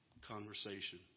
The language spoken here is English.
conversation